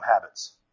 habits